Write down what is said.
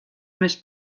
més